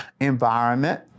environment